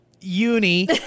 Uni